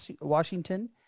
Washington